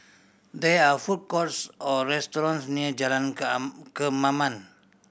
there are food courts or restaurants near Jalan Kemaman